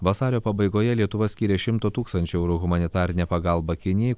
vasario pabaigoje lietuva skyrė šimto tūkstančių eurų humanitarinę pagalbą kinijai